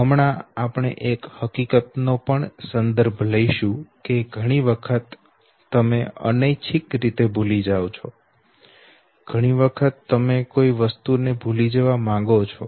હમણાં આપણે એક હકીકત નો પણ સંદર્ભ લઈશું કે ઘણી વખત તમે અનૈચ્છિક રીતે ભૂલી જાઓ છો ઘણી વખત તમે કોઈ વસ્તુને ભૂલી જવા માંગો છો